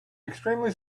extremely